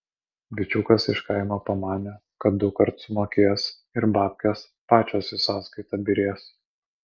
bičiukas iš kaimo pamanė kad dukart sumokės ir babkės pačios į sąskaitą byrės